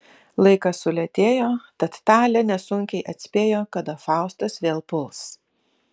laikas sulėtėjo tad talė nesunkiai atspėjo kada faustas vėl puls